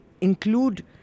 include